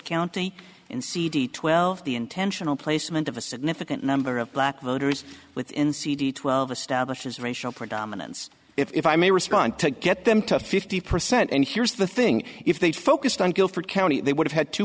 county in cd twelve the intentional placement of a significant number of black voters within cd twelve establishes racial for don if i may respond to get them to fifty percent and here's the thing if they focused on guilford county they would have had two